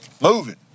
moving